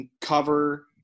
cover